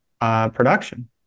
production